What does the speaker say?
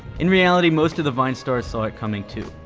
in reality, most of the vine stars saw it coming too.